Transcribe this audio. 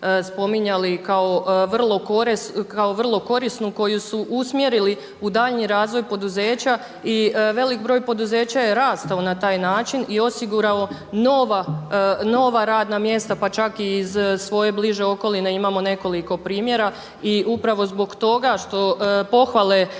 kao vrlo korisnu koju su usmjerili u daljnji razvoj poduzeća i velik broj poduzeća je rastao na taj način i osigurao nova radna mjesta pa čak iz svoje bliže okoline imamo nekoliko primjera. I upravo zbog toga što pohvale